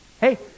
Hey